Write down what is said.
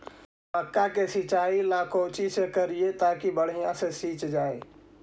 मक्का के सिंचाई ला कोची से करिए ताकी बढ़िया से सींच जाय?